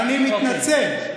אני מתנצל,